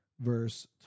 verse